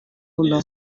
luno